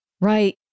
right